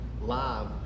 live